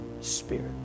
spirit